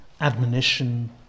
Admonition